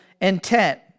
intent